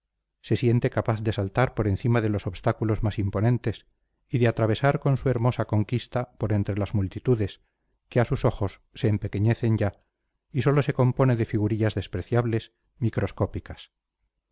se siente capaz de saltar por encima de los obstáculos más imponentes y de atravesar con su hermosa conquista por entre las multitudes que a sus ojos se empequeñecen ya y sólo se compone de figurillas despreciables microscópicas